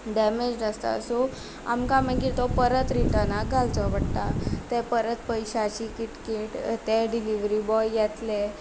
damaged आसता सो आमकां मागीर तो परत रिटर्नाक घालचो पडटा ते परत पयश्याची किटकीट ते डिलीवरी बॉय येतले